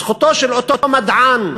זכותו של אותו מדען,